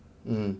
mm